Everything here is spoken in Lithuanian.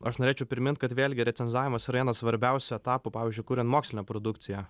aš norėčiau primint kad vėlgi recenzavimas yra vienas svarbiausių etapų pavyzdžiui kuriant mokslinę produkciją